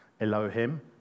Elohim